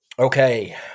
okay